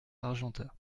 argentat